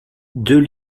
deux